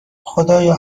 خدایا